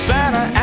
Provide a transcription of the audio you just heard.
Santa